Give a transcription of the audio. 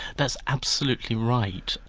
that's absolutely right.